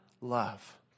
love